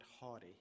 haughty